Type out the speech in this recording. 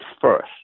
FIRST